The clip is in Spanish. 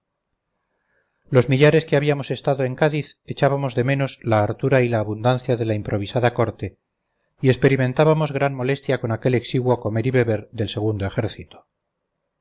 los militares que habíamos estado en cádiz echábamos de menos la hartura y abundancia de la improvisada corte y experimentábamos gran molestia con aquel exiguo comer y beber del segundo ejército